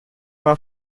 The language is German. war